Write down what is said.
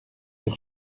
sur